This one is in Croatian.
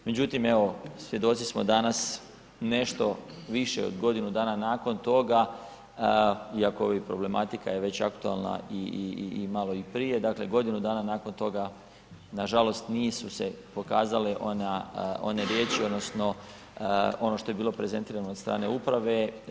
Međutim, evo svjedoci smo danas nešto više od godinu dana nakon toga iako ova problematika je već aktualna i malo i prije, dakle godinu dana nakon toga nažalost nisu se pokazale one riječi, odnosno ono što je bilo prezentirano od strane uprave.